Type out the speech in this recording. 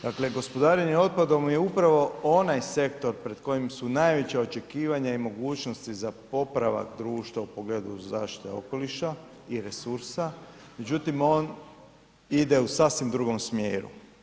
Dakle, gospodarenje otpadom je upravo onaj sektor pred kojim su najveća očekivanja i mogućnosti za popravak društva u pogledu zaštite okoliša i resursa, međutim, on ide u sasvim drugom smjeru.